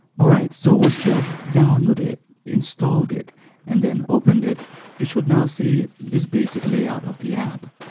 alright, so, once you have downloaded it, installed it and then opened it, you should now see this basic layout of the app.